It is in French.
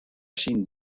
chine